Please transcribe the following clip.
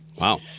Wow